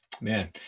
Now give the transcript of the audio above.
Man